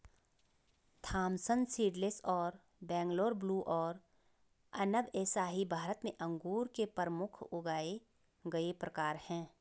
Thompson seedless और Bangalore blue और अनब ए शाही भारत में अंगूर के प्रमुख उगाए गए प्रकार हैं